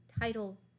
title